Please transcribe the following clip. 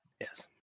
Yes